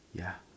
ya